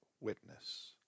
witness